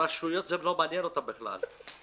זה לא מעניין אותן בכלל.